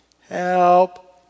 Help